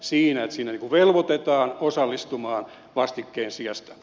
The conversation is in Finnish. siinä velvoitetaan osallistumaan vastikkeen sijasta